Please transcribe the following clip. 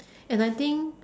and I think